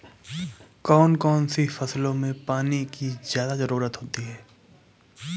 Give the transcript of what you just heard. कौन कौन सी फसलों में पानी की ज्यादा ज़रुरत होती है?